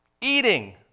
Eating